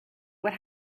what